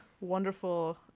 wonderful